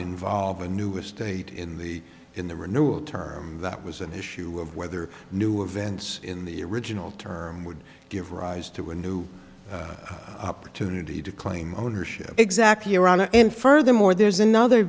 involve a new estate in the in the renewal term that was an issue of whether new events in the original term would give rise to a new opportunity to claim ownership exactly and furthermore there's another